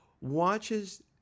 watches